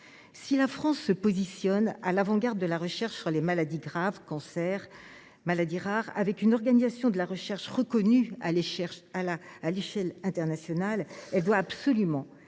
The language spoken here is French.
Si la France se positionne à l’avant garde de la recherche sur les maladies graves, cancers, maladies rares, avec une organisation de la recherche reconnue à l’échelle internationale, elle doit absolument